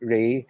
Ray